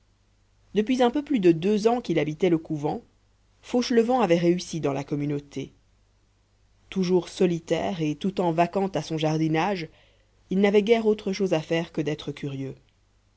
depuis un peu plus de deux ans qu'il habitait le couvent fauchelevent avait réussi dans la communauté toujours solitaire et tout en vaquant à son jardinage il n'avait guère autre chose à faire que d'être curieux